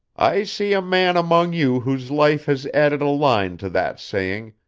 i see a man among you whose life has added a line to that saying,